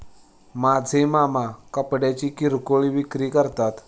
माझे मामा कपड्यांची किरकोळ विक्री करतात